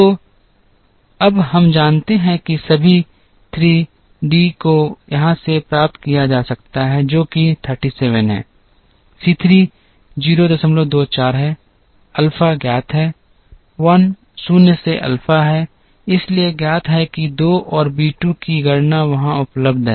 तो अब हम जानते हैं कि सभी 3 d को यहां से प्राप्त किया जा सकता है जो कि 37 है C 3 024 है अल्फा ज्ञात है 1 शून्य से अल्फा है इसलिए ज्ञात है कि 2 और b 2 की गणना वहां उपलब्ध है